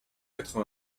quatre